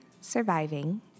surviving